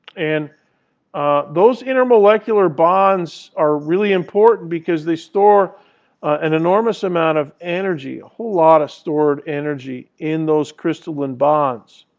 and those intermolecular bonds are really important because they store an enormous amount of energy, a whole lot of stored energy in those crystallin bonds.